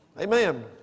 Amen